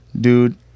dude